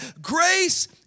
Grace